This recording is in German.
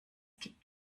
gibt